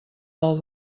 del